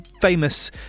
famous